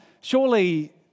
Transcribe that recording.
surely